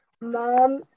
mom